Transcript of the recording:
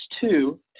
two